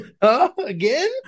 again